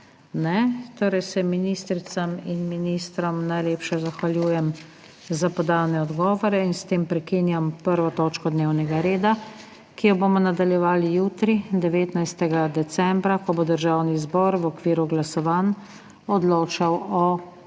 Ne. Ministricam in ministrom se najlepše zahvaljujem za podane odgovore. S tem prekinjam 1. točko dnevnega reda, ki jo bomo nadaljevali jutri, 19. decembra, ko bo Državni zbor v okviru glasovanj odločal o